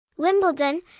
Wimbledon